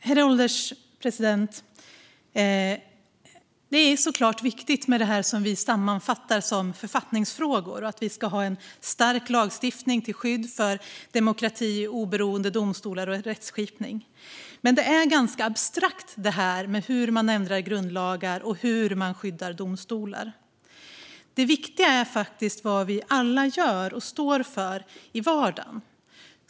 Herr ålderspresident! Det som vi sammanfattar som författningsfrågor är såklart viktigt, och det är viktigt att vi ska ha en stark lagstiftning till skydd för demokrati, oberoende domstolar och rättsskipning. Men det här med hur man ändrar grundlagar och hur man skyddar domstolar är ganska abstrakt. Det viktiga är vad vi alla gör och står för i vardagen.